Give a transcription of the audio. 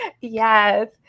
Yes